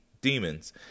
demons